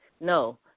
No